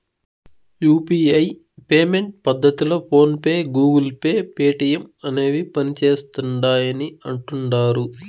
UPI payment పద్దతిలో PhonePe, Google Pay, Paytm అనేవి పనిసేస్తిండాయని అంటుడారు